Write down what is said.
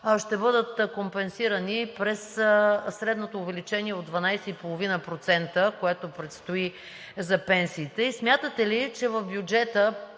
ще бъдат компенсирани през средното увеличение от 12,5%, което предстои за пенсиите?